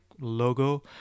logo